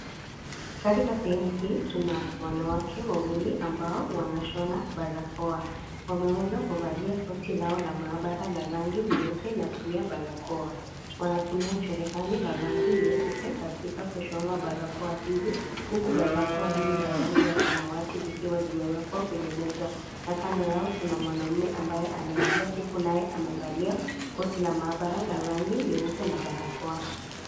Katika sehemu hii, tuna wanawake wawili ambao wanashona barakoa. Wameweza kuvalia koti lao la maabara la rangi nyeupe na pia barakoa. Wanatumia cherehani la rangi nyeupe katika kushona barakoa hizi, huku barakoa hizi za rangi ya samawati zikiwa zimewekwa kwenye meza na kando yao tuna mwanamume ambaye anaingia huku naye amevalia koti la maabara la rangi nyeupe na barakoa.